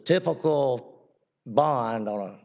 typical bond on